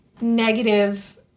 negative